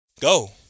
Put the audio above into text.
Go